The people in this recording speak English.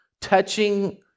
touching